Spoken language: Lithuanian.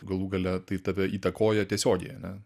galų gale tai tave įtakoja tiesiogiai ane